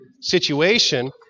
situation